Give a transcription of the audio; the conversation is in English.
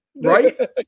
Right